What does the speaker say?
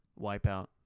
wipeout